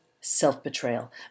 Self-betrayal